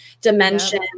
dimension